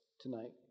tonight